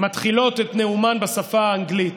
מתחילות את נאומן בשפה האנגלית.